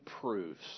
proves